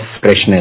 freshness